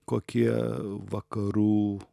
kokie vakarų